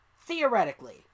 Theoretically